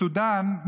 בסודאן,